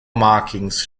markings